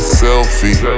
selfie